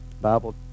Bible